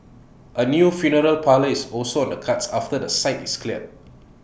A new funeral parlour is also on the cards after the site is cleared